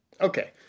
Okay